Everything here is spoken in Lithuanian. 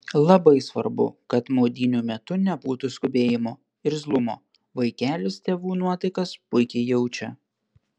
labai svarbu kad maudynių metu nebūtų skubėjimo irzlumo vaikelis tėvų nuotaikas puikiai jaučia